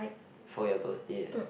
for your birthday ah